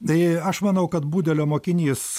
tai aš manau kad budelio mokinys